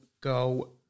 go